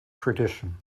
tradition